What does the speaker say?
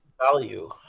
value